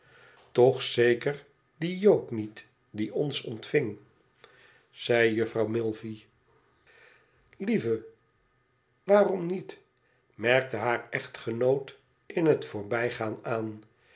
toch zeker die jood niet die ons ontving zei mevrouw mflvey lieve waarom niet merkte haar echtgenoot in het voorbijgaan aan